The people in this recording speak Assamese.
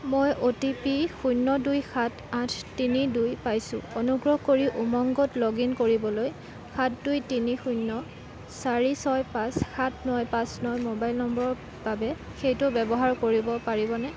মই অ' টি পি শূণ্য় দুই সাত আঠ তিনি দুই পাইছোঁ অনুগ্ৰহ কৰি উমংগত লগ ইন কৰিবলৈ সাত দুই তিনি শূণ্য় চাৰি ছয় পাঁচ সাত ন পাঁচ ন মোবাইল নম্বৰৰ বাবে সেইটো ব্যৱহাৰ কৰিব পাৰিবনে